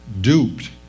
duped